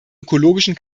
ökologischen